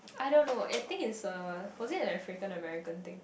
I don't know I think is a was it African or American thing